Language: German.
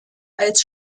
als